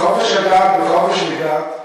חופש הדת וחופש מדת,